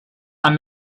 and